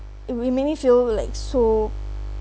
it really made me feel like so